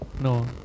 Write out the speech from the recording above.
No